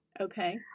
Okay